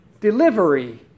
delivery